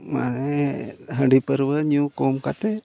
ᱢᱟᱱᱮ ᱦᱟᱺᱰᱤ ᱯᱟᱹᱣᱨᱟᱹ ᱧᱩ ᱠᱚᱢ ᱠᱟᱛᱮᱫ